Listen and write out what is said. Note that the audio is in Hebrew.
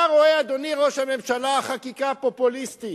אתה רואה, אדוני ראש הממשלה, חקיקה פופוליסטית.